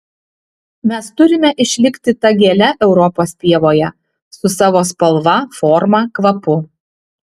mes turime išlikti ta gėle europos pievoje su savo spalva forma kvapu